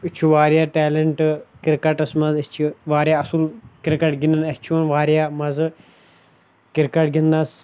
أسۍ چھُ واریاہ ٹیلَنٹ کِرکَٹَس منٛز أسۍ چھِ واریاہ اَصِٕل کِرکَٹ گِنٛدان اَسِہ چھُ یِوان واریاہ مَزٕ کِرکَٹ گِنٛدنَس